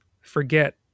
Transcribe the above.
Forget